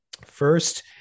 First